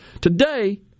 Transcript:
Today